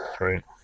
right